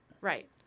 Right